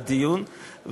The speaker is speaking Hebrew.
בדיון,